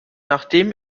nachdem